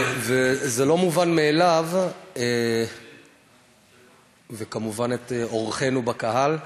זה לא מובן מאליו, וכמובן את אורחינו בקהל.